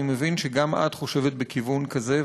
אני מבין שגם את חושבת בכיוון כזה,